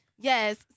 Yes